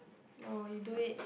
no you do it